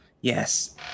Yes